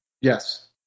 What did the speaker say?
Yes